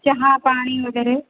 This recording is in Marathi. चहा पाणीवगैरे